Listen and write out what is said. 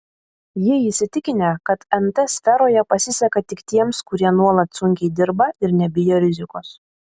jie įsitikinę kad nt sferoje pasiseka tik tiems kurie nuolat sunkiai dirba ir nebijo rizikos